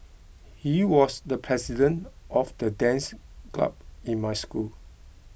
he was the president of the dance club in my school